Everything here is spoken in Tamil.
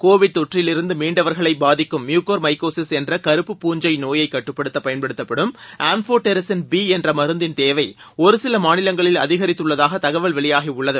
கோவிட் தொற்றிலிருந்து மீண்டவர்களைப் பாதிக்கும் மியூகோர்மைகோசிஸ் என்ற கருப்பு பூஞ்சை நோயைக் கட்டுப்படுத்த பயன்படுத்தப்படும் அம்ஃபோடெரிசின் பி என்ற மருந்தின் தேவை ஒரு சில மாநிலங்களில் அதிகரித்துள்ளதாக தகவல் வெளியாகியுள்ளது